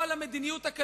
כל המדיניות הכלכלית